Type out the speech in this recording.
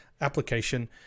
application